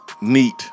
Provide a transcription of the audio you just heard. neat